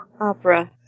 Opera